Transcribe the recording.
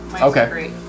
Okay